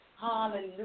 Hallelujah